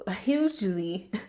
hugely